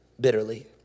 bitterly